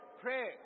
pray